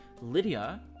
Lydia